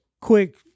quick